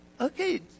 okay